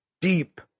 Deep